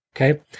Okay